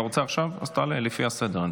אתה רוצה עכשיו, אז תעלה, לפי הסדר.